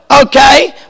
okay